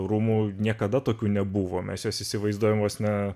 rūmų niekada tokių nebuvo mes juos įsivaizduojam vos ne